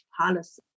policy